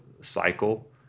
cycle